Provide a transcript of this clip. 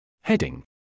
Heading